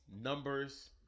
numbers